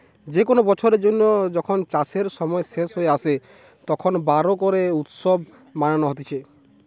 যে কোনো বছরের জন্য যখন চাষের সময় শেষ হয়ে আসে, তখন বোরো করে উৎসব মানানো হতিছে